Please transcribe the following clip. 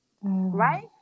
Right